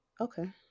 Okay